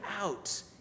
out